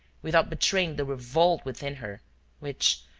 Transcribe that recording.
without betraying the revolt within her which,